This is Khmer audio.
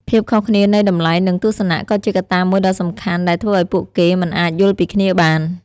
ភាពខុសគ្នានៃតម្លៃនិងទស្សនៈក៏ជាកត្តាមួយដ៏សំខាន់ដែលធ្វើឲ្យពួកគេមិនអាចយល់ពីគ្នាបាន។